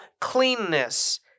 cleanness